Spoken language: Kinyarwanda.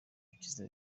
kiza